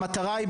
המטרה היא,